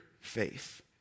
faith